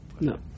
No